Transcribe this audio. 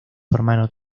hermano